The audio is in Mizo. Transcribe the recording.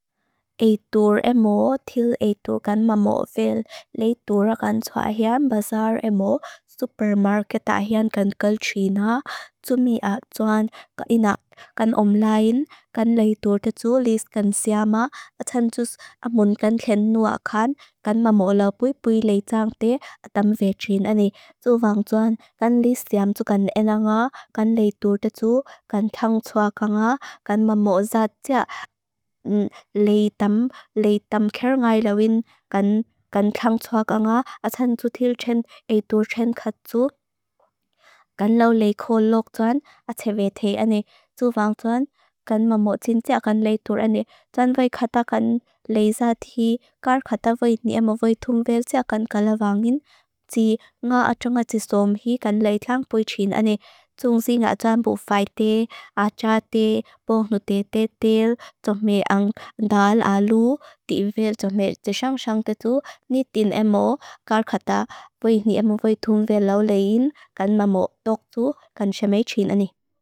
Eitur emo, til eitur kan ma mo vel, leitur kan chua hean, bazar emo, supermarketa hean kan kalchina. Tumia chuan, ka ina, kan online, kan leitur tetu, lis kan siama, atan tus amun kan thenua kan, kan ma mo labui bui leitang te, atam vechin ani. Tuvang chuan, kan lis siam tu kan ena nga, kan leitur tetu, kan thang chua ka nga, kan ma mo zat ja. Leitam, leitam ker ngai lawin, kan thang chua ka nga, atan tutil chen eitur chen katsu. Kan lau leikolok chuan, ate vete ani. Tuvang chuan, kan ma mo cin ja, kan leitur ani. Chuan vei kata kan leiza ti, kar kata vei ni emo vei tumveo ja, kan kalavangin. Si nga atan atisom hi, kan leitam buichin ani. Tumzi nga atan bu fai te, ata te, poh nu te te tel, tuvang me ang dal alu, ti vel, tuvang me sesang sesang ketu, ni tin emo, kar kata vei ni emo vei tumveo law lein, kan ma mo tok tu, kan siama chin ani.